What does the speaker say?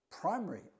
Primary